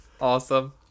Awesome